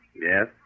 Yes